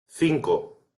cinco